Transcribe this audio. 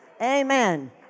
Amen